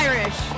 Irish